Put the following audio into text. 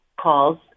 calls